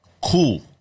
cool